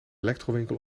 electrowinkel